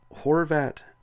Horvat